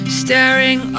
staring